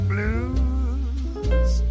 Blues